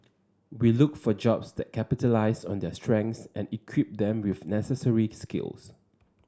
we look for jobs that capitalise on their strengths and equip them with necessary skills